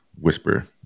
whisper